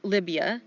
Libya